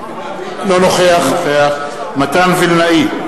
אינו נוכח מתן וילנאי,